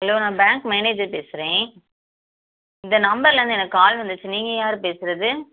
hello நான் bank manager பேசுகிறேன் இந்த நம்பர்லேருந்து எனக்கு கால் வந்துச்சு நீங்கள் யார் பேசுகிறது